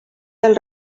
del